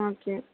okay